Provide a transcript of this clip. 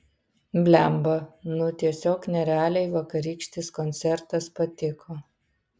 blemba nu tiesiog nerealiai vakarykštis koncertas patiko